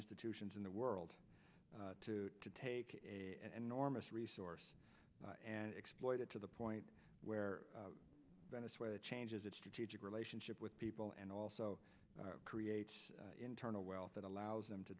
institutions in the world to take an enormous resource and exploit it to the point where venezuela changes its strategic relationship with people and also creates internal wealth that allows them to